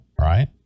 right